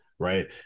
right